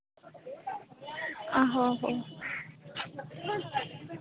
आहो आहो